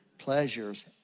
pleasures